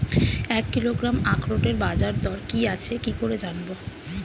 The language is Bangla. এক কিলোগ্রাম আখরোটের বাজারদর কি আছে কি করে জানবো?